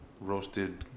roasted